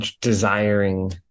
desiring